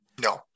No